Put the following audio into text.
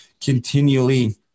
continually